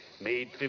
made